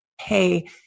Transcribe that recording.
hey